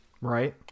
Right